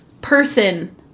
person